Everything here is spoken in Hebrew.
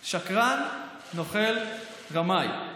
שקרן, נוכל, רמאי?